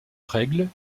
règle